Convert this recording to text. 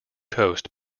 coast